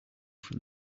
from